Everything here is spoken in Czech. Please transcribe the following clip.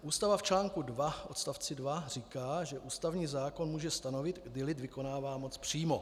Ústava v článku 2 odst. 2 říká, že ústavní zákon může stanovit, kdy lid vykonává moc přímo.